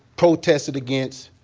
protested against,